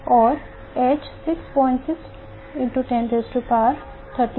और h 6626 x 10 34 joules second है